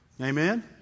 Amen